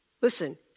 Listen